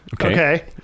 okay